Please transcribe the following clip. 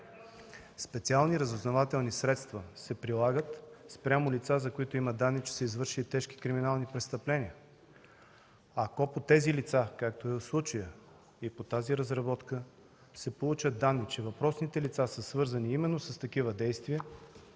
Специални разузнавателни средства се прилагат спрямо лица, за които има данни, че са извършили тежки криминални престъпления. Ако за тези лица, както е в случая, и по тази разработка се получат данни, че въпросните лица са свързани именно с такива действия,